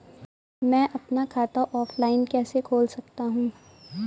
मैं अपना खाता ऑफलाइन कैसे खोल सकता हूँ?